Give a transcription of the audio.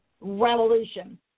revolution